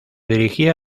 dirigía